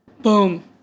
Boom